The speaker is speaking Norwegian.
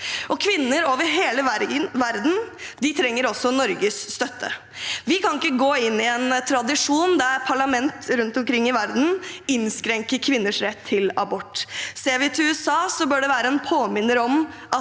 Kvinner over hele verden trenger også Norges støtte. Vi kan ikke gå inn i en tradisjon der parlamenter rundt omkring i verden innskrenker kvinners rett til abort. Ser vi til USA, bør det være en påminnelse om at